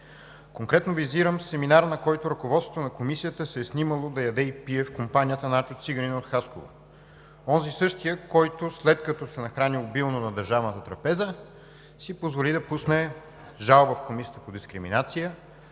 Конкретно визирам семинар, на който ръководството на Комисията се е снимало да яде и пие в компанията на Ачо Циганина от Хасково – онзи, същият, който след като се нахрани обилно на държавната трапеза, си позволи да пусне жалба в Комисията за защита от дискриминация